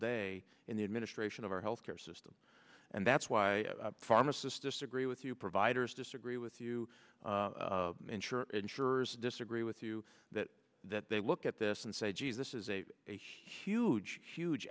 day in the administration of our health care system and that's why pharmacists disagree with you providers disagree with you ensure insurers disagree with you that that they look at this and say jesus is a a huge huge